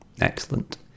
Excellent